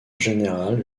général